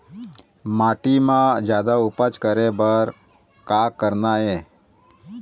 माटी म जादा उपज करे बर का करना ये?